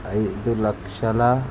ఐదు లక్షల